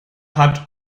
hat